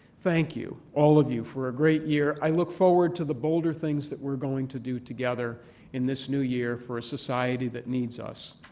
thank you, all of you, for a great year. i look forward to the bolder things that we're going to do together in this new year for a society that needs us.